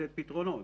לתת פתרונות.